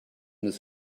his